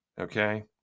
Okay